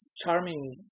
charming